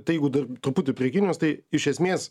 tai jeigu dar truputį prie kinijos tai iš esmės